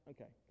Okay